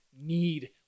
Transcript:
need